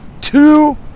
two